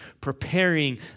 preparing